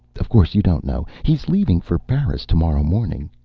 of course you don't know. he's leaving for paris tomorrow morning.